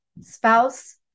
spouse